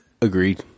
Agreed